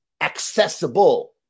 accessible